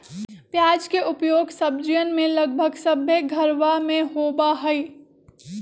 प्याज के उपयोग सब्जीयन में लगभग सभ्भे घरवा में होबा हई